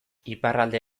iparralde